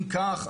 אם כך,